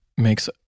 makes